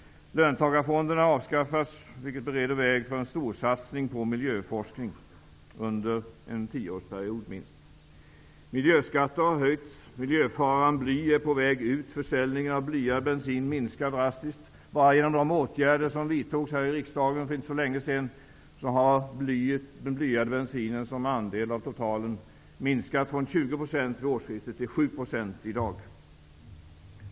Löntagarfonderna avskaffas, vilket bereder väg för en storsatsning på miljöforskning under minst en 10-årsperiod. Miljöskatter har höjts. Miljöfaran bly är på väg ut, försäljningen av blyad bensin minskar drastiskt. Bara genom de åtgärder som vidtogs av riksdagen för inte så länge sedan har den blyade bensinen som andel av totalen minskat från 20 % vid årsskiftet till 7 % i dag.